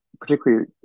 particularly